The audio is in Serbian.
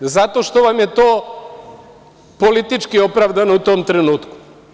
A samo zato što vam je to politički opravdano u tom trenutku.